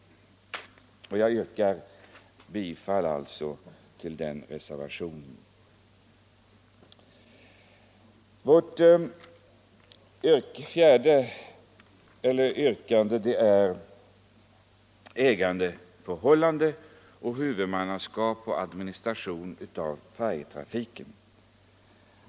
Vårt fjärde yrkande gäller ägandeförhållande, huvudmannaskap och administration för färjetrafiken.